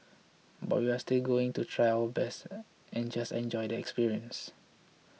but we're still going to try our best and just enjoy the experience